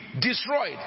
destroyed